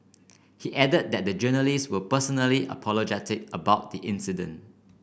he added that the journalists were personally apologetic about the incident